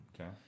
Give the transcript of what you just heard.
Okay